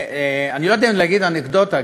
אני לא יודע אם להגיד "באנקדוטה",